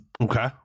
Okay